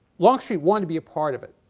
longstreet wanted to be a part of it.